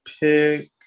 pick